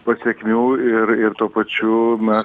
pasekmių ir ir tuo pačiu mes